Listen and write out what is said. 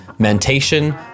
mentation